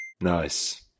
Nice